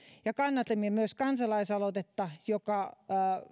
kannatimme myös kansalaisaloitetta joka